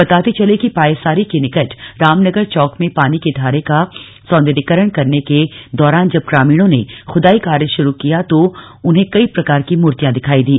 बताते चले कि पायसारी के निकट रामनगर चौक में पानी के धारे का सौंदर्यकरण करने के दौरान जब ग्रामीणों ने खुदाई कार्य शुरु किया तो उन्हें कई प्रकार की मूर्तियां दिखाई दी